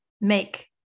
make